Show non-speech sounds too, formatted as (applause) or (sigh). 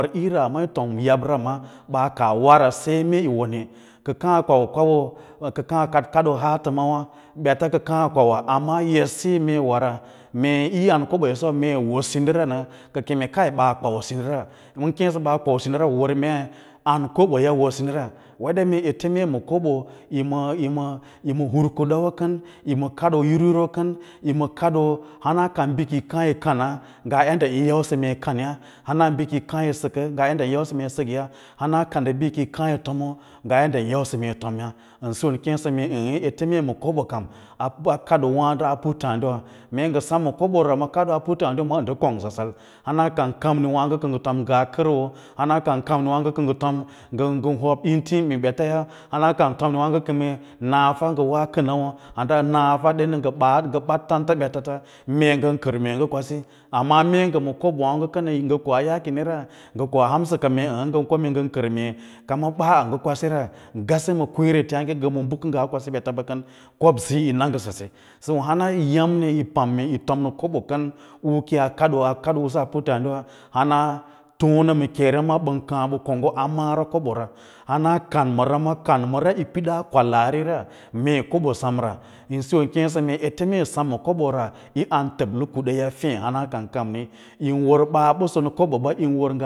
Dədaꞌira yi tom yabra ma, ɓaa ka wara sai mee yi won hê kə kaã a kwau kwawo a haã kad kadoo haatəmawâ ɓeta kə kaã a kwamawa amma edsiyi mee yi wora mee yi yaa ma koboya suwa mee yì wo sidira nə ka keme kalo baa kaura sindira bə kěěsə mee ɓaa kwau sindira ɓa wər mei an koboya wo sindira weɗa mee ete yi ma kobo (hesitation) yi ma hir kuda kən yi ma kadoo yur yur wa kən yima kaɗoo yur yur wa bəkake ki yi kaã yi kana ngaa yaɗau yin yausə yi səkə ngaa yaɗɗa yi yausal mee yisakya hana ka ndə bi ki yi kaã yi tomo mbə yin yausə nue yi tomya siyi ən keesə mee əə əə ete mee yi kobo har a kadoo wǎǎdo a puttǎǎdiwawa mee ngə sem ma kobo ra kaɗoowǎǎgo a puttǎǎdiwawa ndə kongsa sal, hana kan kam ni wǎǎgo kə ngə tom ngaa kəro hana kan kamini wǎǎgo kə ngə fom ngən hob intiĩ ɓetaya hana kan kanwǎǎggo ngə keme narfa nə woa kanauwo handa wee naufa ɗenda ngə ɓaarə ngə baɗ tanta ɓetata mee ngən kər mee ngə kwasi amma a mee ngə ma kobowǎǎgo kənə ngə koa yaakeni ra ngə koa hanaka mee ə̌ə̌ ə̌ə̌ ngə ko mee ngən kər mee kamma ɓaa ngə kwasiya, ngase ma kweẽreteyaãge ngə ma bə kə ngaa kwasi ɓeta kən kobsiyi yi na ngə saye yo hananya’mni yi pam mee yi fom ma koɓo kən u ki yaa kadwa kad usu a puttǎǎdiwawa hana tone ma kere ma ɓan kaã ɓa konggo a mava kobora hana kanməra ma kanməra yi pidaa kwalaari ra mee yi sem ama kobo ra yi am təblə kudaya feẽ hana kan kamni yin wər ɓaa bəsə ma kobo ɓa yin wər ngaa.